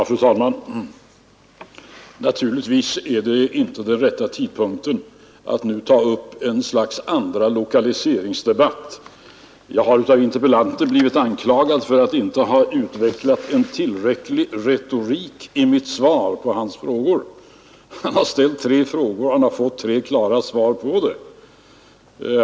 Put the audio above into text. Fru talman! Naturligtvis är det inte nu rätta tidpunkten att ta upp ett slags andra lokaliseringsdebatt. Jag har av interpellanten blivit anklagad för att inte ha utvecklat en tillräcklig retorik i mitt svar på hans frågor. Men han har ställt tre frågor och han har fått tre klara svar på dem.